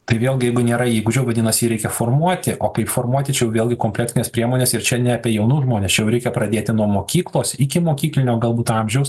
tai vėlgi jeigu nėra įgūdžio vadinasi jį reikia formuoti o kaip formuoti čia jau vėlgi kompleksinės priemonės ir čia ne apie jaunus žmones čia jau reikia pradėti nuo mokyklos ikimokyklinio galbūt amžiaus